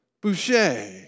Boucher